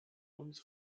uns